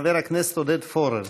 חבר הכנסת עודד פורר.